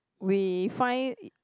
we find